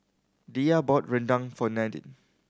Diya bought rendang for Nadine